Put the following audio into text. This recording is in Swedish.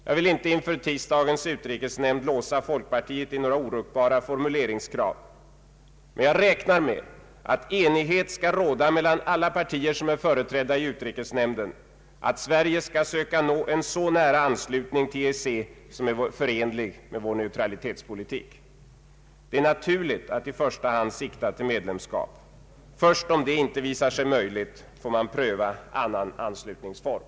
Jag vill inte inför tisdagens utrikesnämnd låsa folkpartiet i oruckbara formuleringskrav men räknar med att enighet skall råda mellan alla partier som är företrädda i utrikesnämnden om att Sverige skall söka nå en så nära anslutning till EEC som är förenlig med vår neutralitetspolitik. Det är naturligt att i första hand sikta till medlemskap. Först om detta ej visar sig möjligt får man pröva annan anslutningsform.